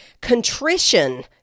Contrition